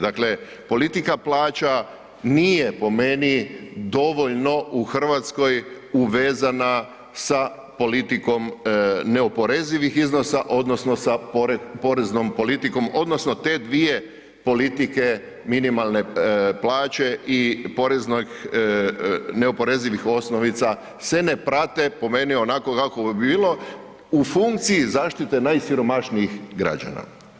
Dakle, politika plaća nije po meni dovoljno u Hrvatskoj uvezana sa politikom neoporezivih iznosa odnosno sa poreznom politikom odnosno te dvije politike minimalne plaće i poreznih, neoporezivih osnovica se ne prate po meni onako kako bi bilo u funkciji zaštite najsiromašnijih građana.